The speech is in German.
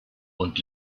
und